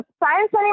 science